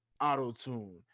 auto-tune